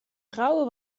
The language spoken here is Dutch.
trouwen